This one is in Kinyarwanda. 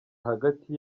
hagati